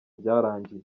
byarangiye